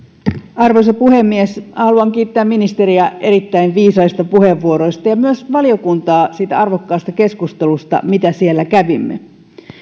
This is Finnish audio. arvoisa puhemies haluan kiittää ministeriä erittäin viisaista puheenvuoroista ja myös valiokuntaa siitä arvokkaasta keskustelusta mitä siellä kävimme